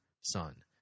son